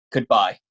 Goodbye